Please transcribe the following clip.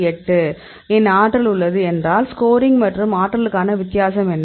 8 இன் ஆற்றல் உள்ளது என்றால் ஸ்கோரிங் மற்றும் ஆற்றலுக்கான வித்தியாசம் என்ன